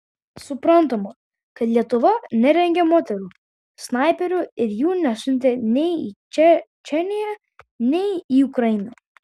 suprantama kad lietuva nerengė moterų snaiperių ir jų nesiuntė nei į čečėniją nei į ukrainą